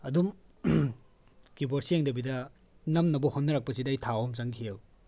ꯑꯗꯨꯝ ꯀꯤꯕꯣꯔꯠꯁꯦ ꯌꯦꯡꯗꯕꯤꯗ ꯅꯝꯅꯕ ꯍꯣꯠꯅꯔꯛꯄꯁꯤꯗ ꯑꯩ ꯊꯥ ꯑꯍꯨꯝ ꯆꯪꯈꯤꯑꯕ